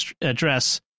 address